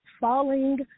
falling